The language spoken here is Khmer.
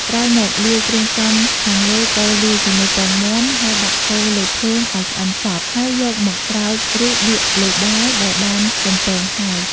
ក្រោយមកលាយគ្រឿងផ្សំរខាងលើកូរលាយជាមួយពងមាន់ហើយដាក់កូរលើភ្លើងអោយឆ្អិនសព្វ ហើយយកមកស្រោចរឺបៀកលើបាយដែលបានបំពងហើយ។